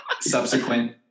subsequent